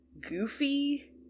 goofy